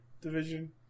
division